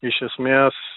iš esmės